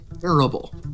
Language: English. terrible